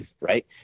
Right